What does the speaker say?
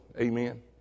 Amen